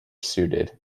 suited